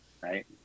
right